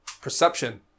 perception